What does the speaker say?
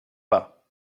pas